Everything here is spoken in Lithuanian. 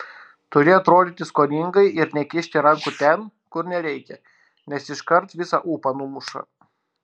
turi atrodyti skoningai ir nekišti rankų ten kur nereikia nes iškart visą ūpą numuša